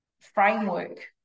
framework